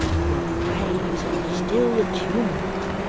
could raise or still the tumult